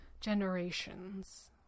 Generations